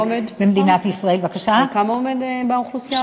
על כמה הוא עומד באוכלוסייה הערבית?